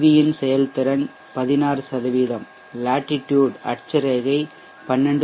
we இன் செயல்திறன் 16 லேட்டிடுட்அட்சரேகை 12